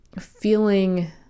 feeling